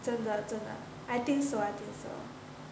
真的真的 I think so I think